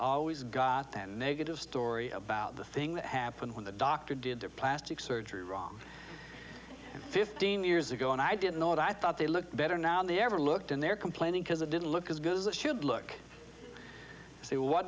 always got that negative story about the thing that happened when the doctor did their plastic surgery wrong fifteen years ago and i didn't know what i thought they look better now than they ever looked and they're complaining because it didn't look as good as it should look so what